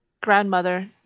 grandmother